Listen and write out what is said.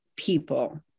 people